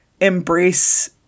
embrace